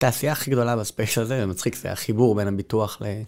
התעשייה הכי גדולה בספייס הזה, זה מצחיק, זה החיבור בין הביטוח ל...